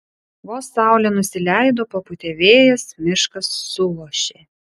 vos saulė nusileido papūtė vėjas miškas suošė